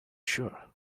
sure